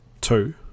two